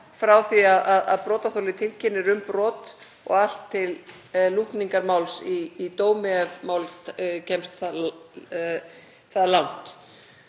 frá því að brotaþoli tilkynnir um brot og allt til lúkningar máls í dómi ef málið kemst það langt.